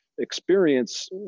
Experience